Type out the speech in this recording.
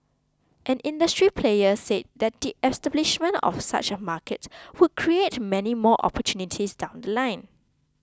an industry player said that the establishment of such a market would create many more opportunities down The Line